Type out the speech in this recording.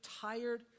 tired